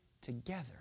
together